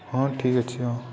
ହଁ ଠିକ୍ ଅଛି ହଁ